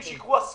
גם הפצועים